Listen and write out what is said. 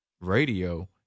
radio